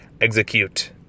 Execute